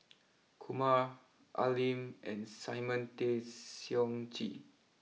Kumar Al Lim and Simon Tay Seong Chee